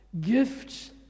gifts